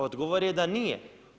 Odgovor je da nije.